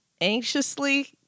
Anxiously